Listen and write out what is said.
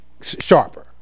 sharper